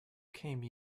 came